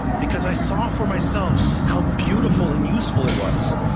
because i saw for myself how beautiful and useful it was.